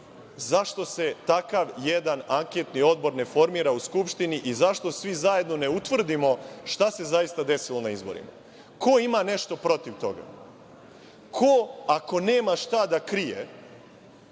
zašto se takav jedan anketni odbor ne formira u Skupštini i zašto svi zajedno ne utvrdimo šta se zaista desilo na izborima? Ko ima nešto protiv toga? Ko, ako nema šta da krije